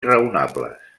raonables